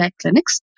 clinics